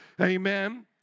Amen